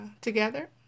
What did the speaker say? together